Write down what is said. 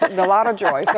but and a lot of joy. so